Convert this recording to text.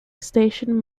station